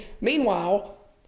meanwhile